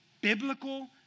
Biblical